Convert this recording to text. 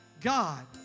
God